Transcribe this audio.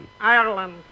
Ireland